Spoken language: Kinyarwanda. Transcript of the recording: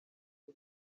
uri